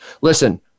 Listen